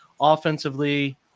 offensively